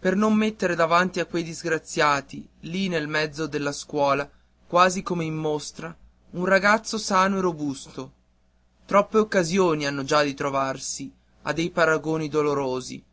per non mettere davanti a quei disgraziati lì nel mezzo della scuola quasi come in mostra un ragazzo sano e robusto troppe occasioni hanno già di trovarsi a dei paragoni dolorosi